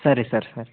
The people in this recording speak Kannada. ಸರಿ ಸರ್ ಸರಿ